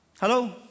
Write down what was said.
Hello